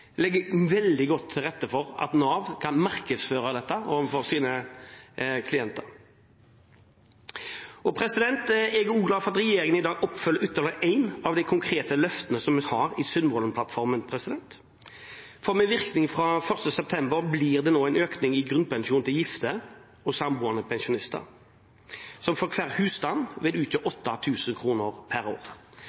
legger veldig godt til rette for at Nav kan markedsføre dette overfor sine klienter. Jeg er også glad for at regjeringen i dag oppfyller ytterligere et av de konkrete løftene som vi har i Sundvolden-plattformen, for med virkning fra 1. september blir det nå en økning i grunnpensjonen til gifte og samboende pensjonister, som for hver husstand vil utgjøre 8 000 kr per år.